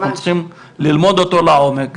אנחנו צריכים ללמוד אותו לעומק,